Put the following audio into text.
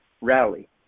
rally